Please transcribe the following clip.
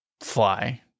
fly